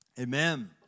Amen